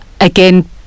again